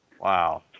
Wow